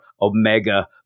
omega